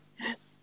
Yes